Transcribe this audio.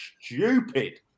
stupid